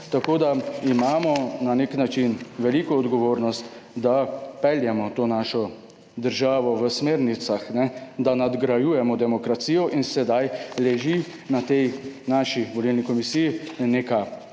Tako da imamo na nek način veliko odgovornost, da peljemo to našo državo v smernicah, da nadgrajujemo demokracijo in sedaj leži na tej naši volilni komisiji neka